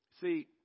See